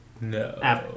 No